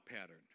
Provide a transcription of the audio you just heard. pattern